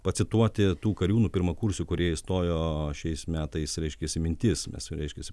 pacituoti tų kariūnų pirmakursių kurie įstojo šiais metais reiškiasi mintis mes reiškiasi